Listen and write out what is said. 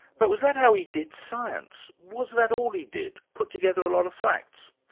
but was that how he did science? was that all he did, put together a lot of facts?